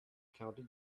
county